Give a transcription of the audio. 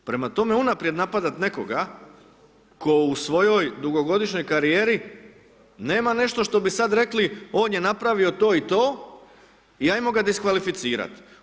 Prema tome, unaprijed napadati nekoga, tko u svojoj dugogodišnjoj karijeri, nema nešto ono što bi sad rekli on je napravio to i to i ajmo ga diskvalificirat'